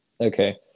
Okay